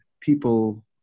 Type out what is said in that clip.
people